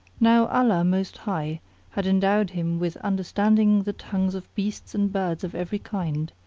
now allah most high had endowed him with under standing the tongues of beasts and birds of every kind,